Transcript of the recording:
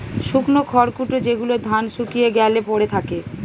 শুকনো খড়কুটো যেগুলো ধান শুকিয়ে গ্যালে পড়ে থাকে